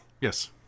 Yes